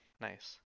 Nice